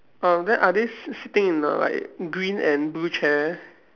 um then are they sit~ sitting in the like green and blue chair